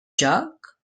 joc